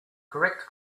correct